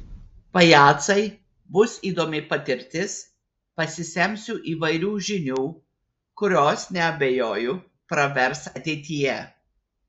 pajacai bus įdomi patirtis pasisemsiu įvairių žinių kurios neabejoju pravers ateityje